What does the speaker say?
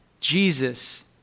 Jesus